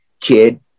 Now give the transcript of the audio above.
kid